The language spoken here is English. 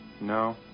No